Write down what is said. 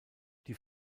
die